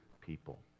people